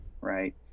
right